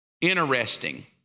interesting